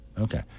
Okay